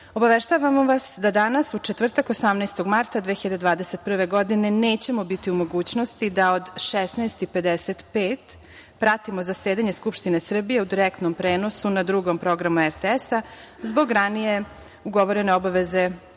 obaveštavamo vas da danas, u četvrtak 18. marta 2021. godine nećemo biti u mogućnosti da od 16.55 časova pratimo zasedanje Skupštine Srbije u direktnom prenosu na drugom programu RTS, zbog ranije ugovorene obaveze.